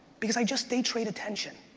because i just day trade attention.